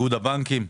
איגוד הבנקים.